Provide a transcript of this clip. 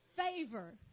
Favor